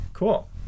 Cool